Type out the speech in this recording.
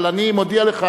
אבל אני מודיע לך